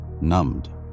numbed